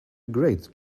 great